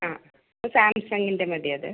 ആ സാംസംഗിൻ്റ മതി അത്